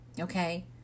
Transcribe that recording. Okay